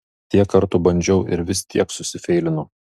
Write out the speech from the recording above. tiek kartų bandžiau ir vis tiek susifeilinu